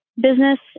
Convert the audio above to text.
business